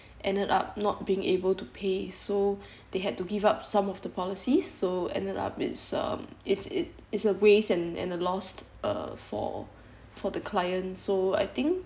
ended up not being able to pay so they had to give up some of the policy so ended up it's um it's it is a waste and and the loss uh for for the client so I think